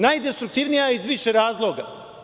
Najdestruktivnija iz više razloga.